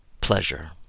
pleasure